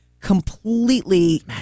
completely